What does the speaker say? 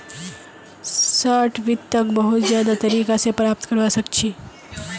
short वित्तक बहुत ज्यादा तरीका स प्राप्त करवा सख छी